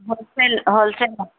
wholesale wholesale